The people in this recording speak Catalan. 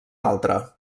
altra